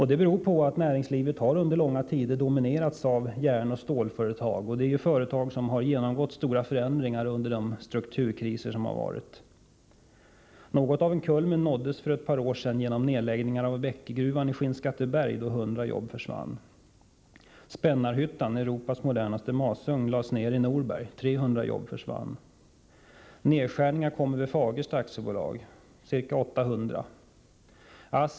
Det beror på att näringslivet under långa tider har dominerats av järnoch stålföretag, och det är ju branscher som har genomgått stora förändringar under de strukturkriser som har varit. Något av en kulmen nåddes för ett par år sedan genom nedläggningen av Bäckegruvan i Skinnskatteberg, då 100 jobb försvann. Spännarhyttan, Europas modernaste masugn, lades ner i Norberg —300 jobb försvann. Nedskärningar kommer vid Fagersta AB — ca 800 jobb.